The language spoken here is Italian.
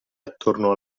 attorno